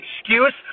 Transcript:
excuse